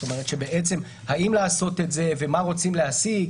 בעצם האם לעשות את זה ומה רוצים להשיג